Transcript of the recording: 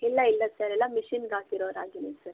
ಇಲ್ಲ ಇಲ್ಲ ಸರ್ ಎಲ್ಲ ಮಿಷಿನ್ಗೆ ಹಾಕಿರೊ ರಾಗಿನೇ ಸರ್